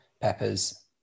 peppers